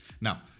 now